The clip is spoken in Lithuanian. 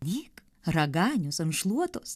lyg raganius ant šluotos